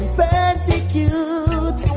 persecute